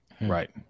Right